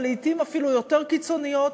ולעתים אפילו יותר קיצוניות,